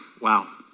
Wow